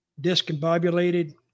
discombobulated